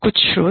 कुछ स्रोत